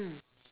mm